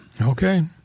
Okay